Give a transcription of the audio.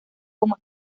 como